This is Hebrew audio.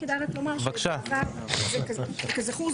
כזכור,